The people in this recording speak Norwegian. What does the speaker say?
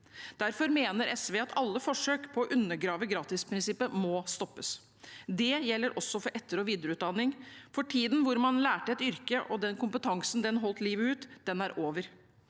Derfor mener SV at alle forsøk på å undergrave gratisprinsippet må stoppes. Det gjelder også for etter- og videreutdanning, for tiden da man lærte et yrke og den kompetansen holdt livet ut, er over.